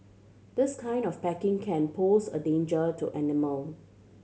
this kind of packaging can pose a danger to animal